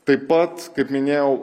taip pat kaip minėjau